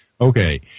Okay